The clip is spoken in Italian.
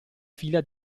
fila